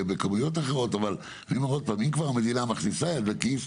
בכמויות אחרות אבל אם כבר המדינה מכניסה יד לכיס,